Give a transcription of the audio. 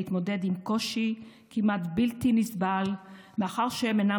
להתמודד עם קושי כמעט בלתי נסבל מאחר שהם אינם